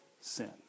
sin